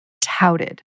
touted